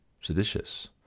seditious